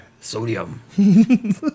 sodium